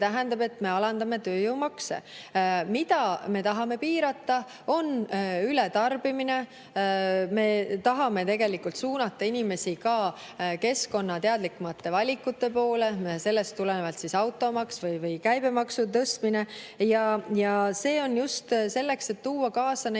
tähendab, et me alandame tööjõumakse. Mida me tahame piirata, on ületarbimine. Me tahame suunata inimesi ka keskkonnateadlikumate valikute poole, sellest tulenevalt siis automaks või käibemaksu tõstmine. See on just selleks, et tuua kaasa